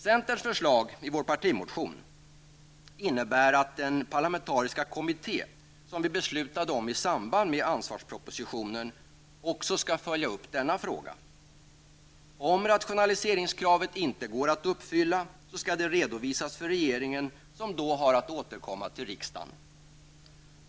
Centerns förslag i vår partimotion innebär att den parlamentariska kommitté som vi har fattat beslut om i samband med ansvarspropositionen också skall följa upp denna fråga. Om rationaliseringskravet inte går att uppfylla skall det redovisas för regeringen, som då har att återkomma till riksdagen.